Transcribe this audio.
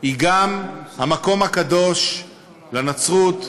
היא גם המקום הקדוש לנצרות,